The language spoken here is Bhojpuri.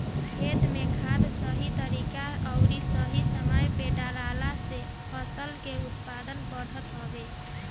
खेत में खाद सही तरीका अउरी सही समय पे डालला से फसल के उत्पादन बढ़त हवे